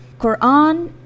Quran